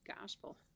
gospel